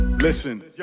Listen